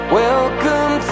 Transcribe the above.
welcome